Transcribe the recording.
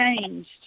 changed